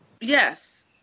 yes